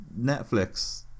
Netflix